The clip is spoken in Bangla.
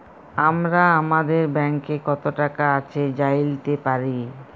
আমরা আমাদের ব্যাংকে কত টাকা আছে জাইলতে পারি